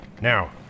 Now